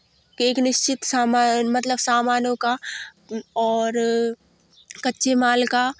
एक निश्चित सामान मतलब सामानों का और कच्चे माल का